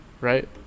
Right